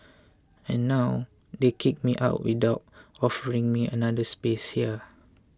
and now they kick me out without offering me another space here